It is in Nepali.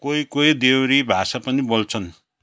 कोही कोही देवरी भाषा पनि बोल्छन्